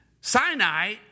Sinai